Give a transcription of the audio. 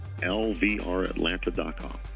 lvratlanta.com